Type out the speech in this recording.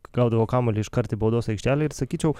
gaudavo kamuolį iškart į baudos aikštelę ir sakyčiau